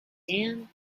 dan